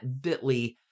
bitly